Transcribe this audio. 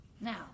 Now